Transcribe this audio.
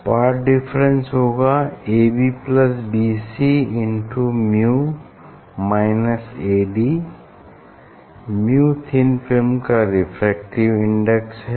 path difference होगा AB plus BC into mu minus AD mu thin film का refractive index है